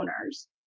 owners